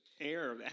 air